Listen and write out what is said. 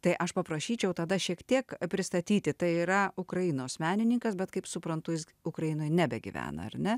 tai aš paprašyčiau tada šiek tiek pristatyti tai yra ukrainos menininkas bet kaip suprantu jis ukrainoje nebegyvena ar ne